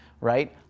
right